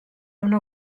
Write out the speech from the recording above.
una